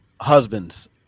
husbands